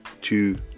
two